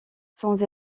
sans